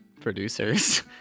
producers